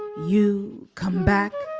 you. come back,